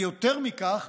יותר מכך,